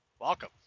Welcome